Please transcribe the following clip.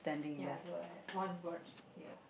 ya the have one bird here